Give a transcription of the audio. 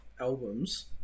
albums